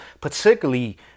particularly